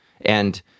And-